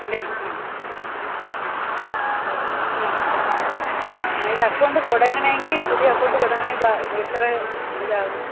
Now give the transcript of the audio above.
ഇടണം ആ ആ ആ ആ ഇത് അക്കൌണ്ട് തുടങ്ങണമെങ്കിൽ പുതിയ അക്കൌണ്ട് തുടങ്ങണമെങ്കിൽ എത്ര ഇതാവും